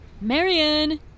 Marion